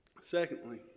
secondly